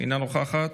אינה נוכחת,